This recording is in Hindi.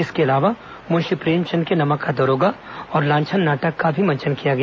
इसके अलावा मुंशी प्रेमचंद के नमक का दरोगा और लांछन नाटक का भी मंचन किया गया